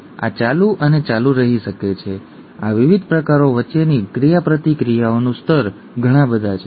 અને આ ચાલુ અને ચાલુ રહી શકે છે ઠીક છે આ વિવિધ પ્રકારો વચ્ચેની ક્રિયાપ્રતિક્રિયાઓનું સ્તર ઘણા બધા છે